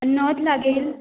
नथ लागेल